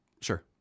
Sure